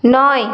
নয়